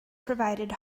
provided